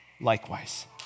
likewise